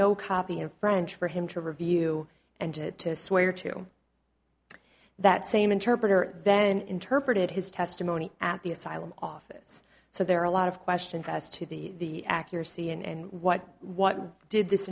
no copy of french for him to review and to swear to that same interpreter then interpreted his testimony at the asylum office so there are a lot of questions as to the accuracy and what what did this